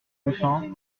ruffin